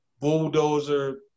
bulldozer